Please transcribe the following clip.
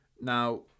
Now